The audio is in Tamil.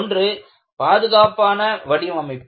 ஒன்று பாதுகாப்பான வடிவமைப்பு